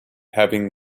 having